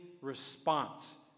response